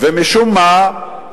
ומשום מה,